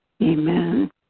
Amen